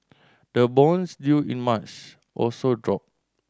the bonds due in March also dropped